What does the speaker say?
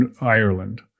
Ireland